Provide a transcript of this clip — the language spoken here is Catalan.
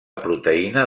proteïna